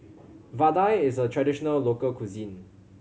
vadai is a traditional local cuisine